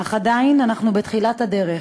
אך עדיין אנחנו בתחילת הדרך,